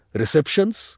receptions